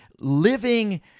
living